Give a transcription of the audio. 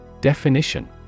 Definition